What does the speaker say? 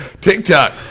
TikTok